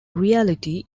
reality